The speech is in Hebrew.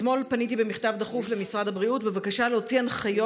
אתמול פניתי במכתב דחוף למשרד הבריאות בבקשה להוציא הנחיות